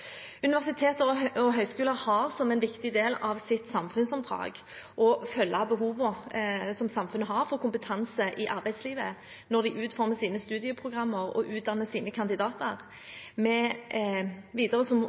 og høyskoler har som en viktig del av sitt samfunnsoppdrag å følge de behovene som samfunnet har for kompetanse i arbeidslivet når de utformer sine studieprogrammer og utdanner sine